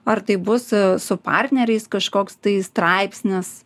ar tai bus su partneriais kažkoks tai straipsnis